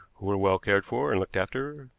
who were well cared for and looked after,